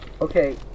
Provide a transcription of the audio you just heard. Okay